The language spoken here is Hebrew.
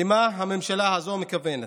למה הממשלה הזו מכוונת?